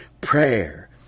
Prayer